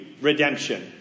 redemption